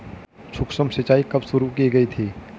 सूक्ष्म सिंचाई कब शुरू की गई थी?